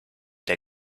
der